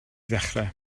ddechrau